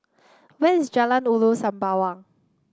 where is Jalan Ulu Sembawang